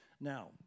Now